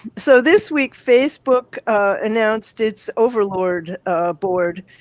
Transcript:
so this week, facebook announced its overlord board.